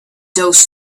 those